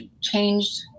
changed